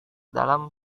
dalam